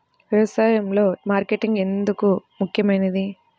వ్యసాయంలో మార్కెటింగ్ ఎందుకు ముఖ్యమైనది?